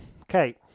okay